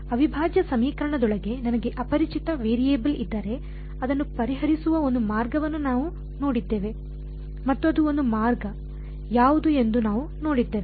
ಅವಿಭಾಜ್ಯ ಸಮೀಕರಣದೊಳಗೆ ನನಗೆ ಅಪರಿಚಿತ ವೇರಿಯಬಲ್ ಇದ್ದರೆ ಅದನ್ನು ಪರಿಹರಿಸುವ ಒಂದು ಮಾರ್ಗವನ್ನು ನಾವು ನೋಡಿದ್ದೇವೆ ಮತ್ತು ಅದು ಒಂದು ಮಾರ್ಗ ಯಾವುದು ಎಂದು ನಾವು ನೋಡಿದ್ದೇವೆ